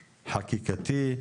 חקיקתי,